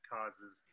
causes